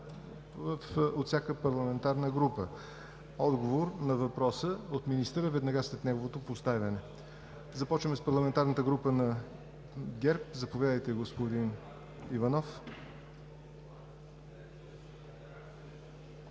от всяка парламентарна група. Отговор на въпроса от министъра – веднага след неговото поставяне. Започваме с парламентарната група на ГЕРБ. Заповядайте, господин Иванов.